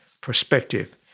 perspective